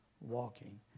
walking